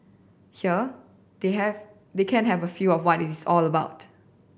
here they have they can have a feel of what it's all about